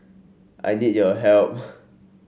I need your help